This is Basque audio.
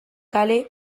kale